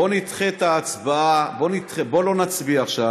בוא נדחה את ההצבעה, בוא נדחה, בוא לא נצביע עכשיו